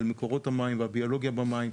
על מקורות המים ועל הביולוגיה במים.